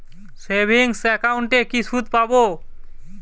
Savings একাউন্টে কি সুদ পাব?